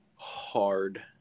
Hard